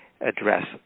address